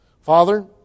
Father